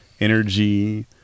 energy